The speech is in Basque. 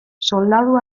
soldadu